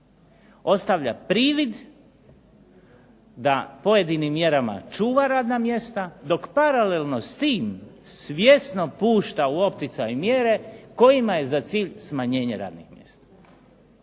ostavlja privid da pojedinim mjerama čuva radna mjesta dok paralelno s tim svjesno pušta u opticaj mjere kojima je za cilj smanjenje radnih mjesta.